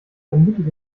vermutlich